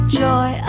joy